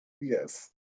Yes